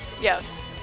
yes